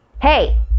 Hey